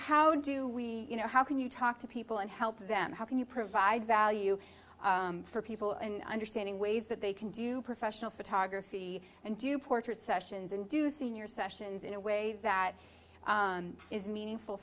how do we you know how can you talk to people and help them how can you provide value for people and understanding ways that they can do professional photography and do portrait sessions and do so in your sessions in a way that is meaningful